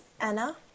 Anna